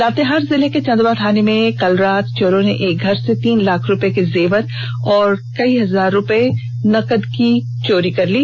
लातेहार जिले के चंदवा थाना में बीती रात चोरों ने एक घर से तीन लाख रुपये के जेवर और हजार रुपये नगद की चोरी कर ली